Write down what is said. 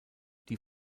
die